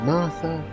Martha